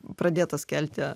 pradėtas kelti